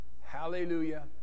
Hallelujah